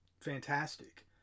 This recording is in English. fantastic